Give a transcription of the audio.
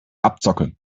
abzocke